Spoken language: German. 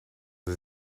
sie